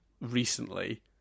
recently